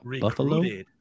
Buffalo